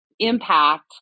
impact